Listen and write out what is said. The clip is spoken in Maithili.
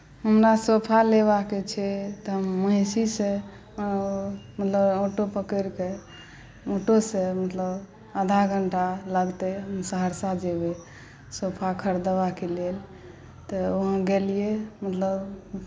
हमरा सोफा लेबाक छै तऽ हम महिषीसँ मतलब ऑटो पकड़ि कऽ ऑटोसँ मतलब आधा घण्टा लगतै सहरसा जेबै सोफा ख़रीदबाक लेल तऽ हम गेलियै मतलब